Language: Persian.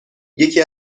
یکی